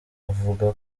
uvuga